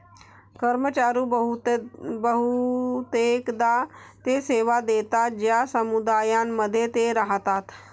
कर्मचारी बहुतेकदा ते सेवा देतात ज्या समुदायांमध्ये ते राहतात